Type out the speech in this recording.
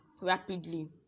rapidly